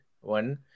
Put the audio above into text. One